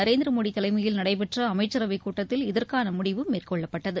நரேந்திரமோடி தலைமயில் நடைபெற்ற அமைச்சரவைக் கூட்டத்தில் இதற்கான முடிவு மேற்கொள்ளப்பட்டது